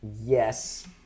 Yes